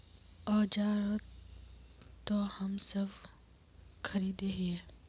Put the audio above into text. औजार तो हम सब खरीदे हीये?